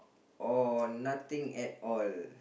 or nothing at all